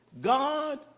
God